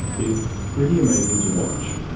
it's pretty amazing to watch.